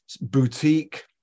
boutique